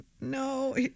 no